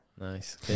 nice